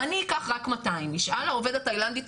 אני אקח רק 200". ישאל העובד התאילנדי את